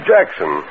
Jackson